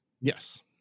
Yes